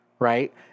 Right